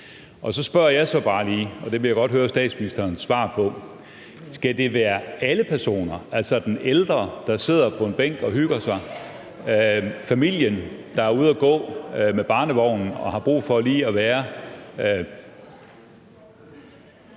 Så spørger jeg så bare lige om noget, og det vil jeg godt høre statsministerens svar. Skal det være alle personer? Får den ældre, der sidder på en bænk og hygger sig, eller familien med barnevognen, der har brug for at gå en